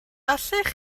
allech